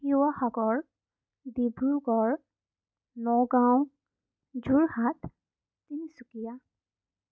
Sivasagar Dibrugarh Nagaon Jorhat Tinsukia